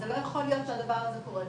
זה לא יכול להיות שהדבר הזה קורה,